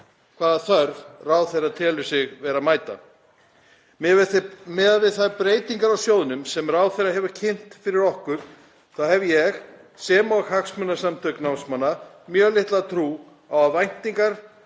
hvaða þörf ráðherra telur sig vera að mæta. Miðað við þær breytingar á sjóðnum sem ráðherra hefur kynnt fyrir okkur hef ég, sem og hagsmunasamtök námsmanna, mjög litla trú á að væntanlegar